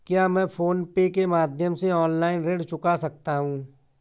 क्या मैं PhonePe के माध्यम से ऑनलाइन ऋण चुका सकता हूँ?